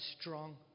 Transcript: strong